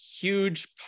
huge